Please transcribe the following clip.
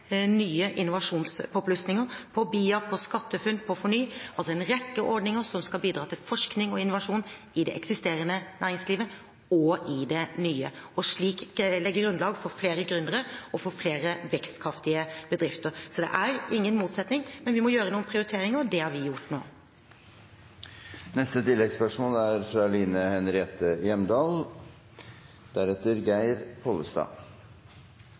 nye innovasjonspåplussinger på BIA, på SkatteFUNN, på FORNY – altså en rekke ordninger som skal bidra til forskning og innovasjon i det eksisterende og i det nye næringslivet – og slik legge grunnlag for flere gründere og få flere vekstkraftige bedrifter. Det er ingen motsetning, men vi må gjøre noen prioriteringer, og det har vi gjort nå. Line Henriette Hjemdal